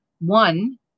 one